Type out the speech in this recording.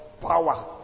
power